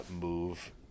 move